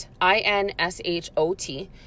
I-N-S-H-O-T